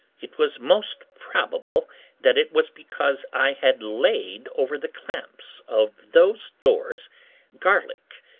it was most probable that it was because i had laid over the clamps of those doors garlic,